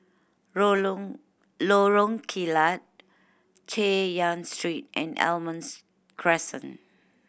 Lorong Kilat Chay Yan Street and Almonds Crescent